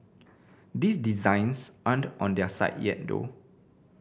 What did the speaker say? these designs aren't on their site yet though